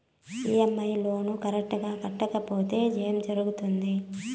EMI loan correct గా కట్టకపోతే ఏం జరుగుతుంది